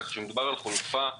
כך שמדובר על חלופה חשובה.